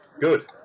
good